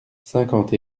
cinquante